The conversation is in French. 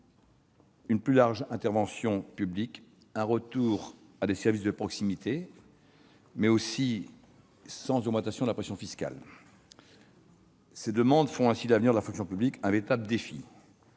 une plus large intervention publique et un retour à des services publics de proximité, mais sans augmentation de la pression fiscale. Ces demandes font ainsi de l'avenir de la fonction publique un véritable défi.